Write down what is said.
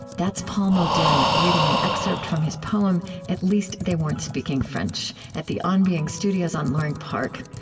that's paul muldoon reading an excerpt from his poem at least they weren't speaking french at the on being studios on loring park.